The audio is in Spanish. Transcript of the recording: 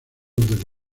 del